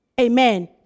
Amen